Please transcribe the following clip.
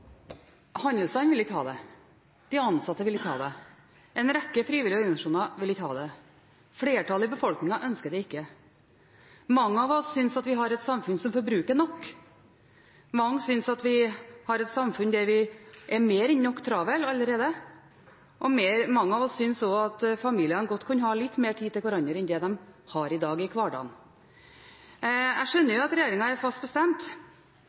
det. De ansatte vil ikke ha det. En rekke frivillige organisasjoner vil ikke ha det. Flertallet i befolkningen ønsker det ikke. Mange av oss syns at vi har et samfunn som forbruker nok. Mange synes at vi har et samfunn der vi er mer enn nok travle allerede. Og mange av oss synes også at familiene godt kunne ha litt mer tid til hverandre enn det de har i dag i hverdagen. Jeg skjønner at regjeringen er fast bestemt,